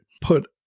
put